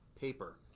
paper